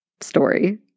story